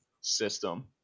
system